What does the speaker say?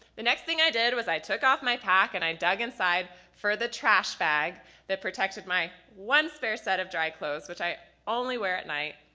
the next thing i did was i took off my pack, and i dug inside for the trash bag that protected my one spare set of dry clothes, which i only wear at night.